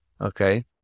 okay